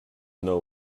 know